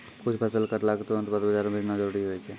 कुछ फसल कटला क तुरंत बाद बाजार भेजना जरूरी होय छै